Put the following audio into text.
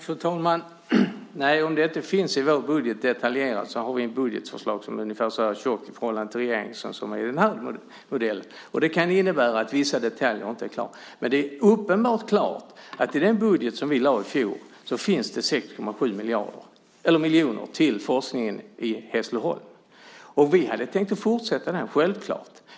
Fru talman! Om det inte finns detaljerat i vår budget beror det på att vi har ett budgetförslag som ungefär så här tjockt som jag nu visar med fingrarna i förhållande till regeringens som är av en mycket större modell. Det kan innebära att vissa detaljer inte är klara. Men det är helt klart att i den budget vi lade fram i fjol finns det 6,7 miljoner till forskningen i Hässleholm. Vi hade självklart tänkt fortsätta den satsningen.